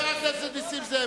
חבר הכנסת נסים זאב,